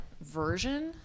version